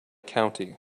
county